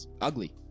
Ugly